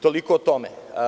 Toliko o tome.